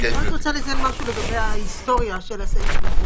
אני רק רוצה לציין משהו לגבי ההיסטוריה של הסעיף הזה.